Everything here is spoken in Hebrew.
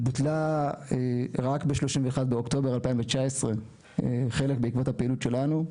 בוטלה רק ב-31 באוקטובר 2019. חלק בעקבות הפעילות שלנו,